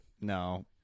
no